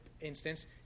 instance